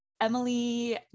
Emily